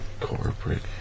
Corporate